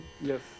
Yes